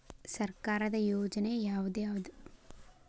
ಸರ್ಕಾರದ ಯೋಜನೆ ಯಾವ್ ಯಾವ್ದ್?